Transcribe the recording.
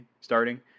starting